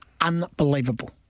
Unbelievable